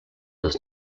does